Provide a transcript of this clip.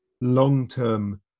long-term